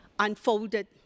unfolded